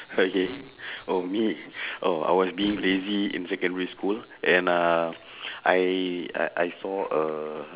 okay oh me oh I was being lazy in secondary school and uh I I I saw a